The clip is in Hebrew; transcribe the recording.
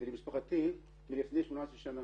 ושל משפחתי מלפני 18 שנה.